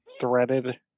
threaded